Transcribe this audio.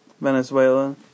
Venezuela